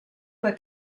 fue